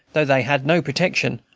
though they had no protection,